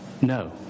No